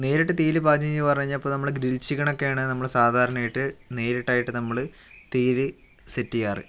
നേരിട്ട് തീയില് പാചകം ചെയ്യുകാന്ന് പറഞ്ഞാൽ അപ്പോൾ നമ്മുടെ ഗ്രിൽ ചിക്കനെക്കയാണ് നമ്മള് സാധാരണയായിട്ട് നേരിട്ടതായിട്ട് നമ്മള് തീയില് സെറ്റ് ചെയ്യാറ്